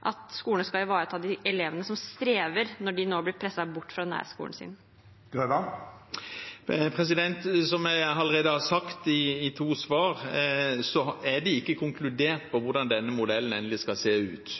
at skolen skal ivareta de elevene som strever, når de nå bli presset bort fra nærskolen sin? Som jeg allerede har sagt i to svar, er det ikke konkludert endelig med tanke på hvordan denne modellen skal se ut.